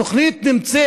התוכנית נמצאת,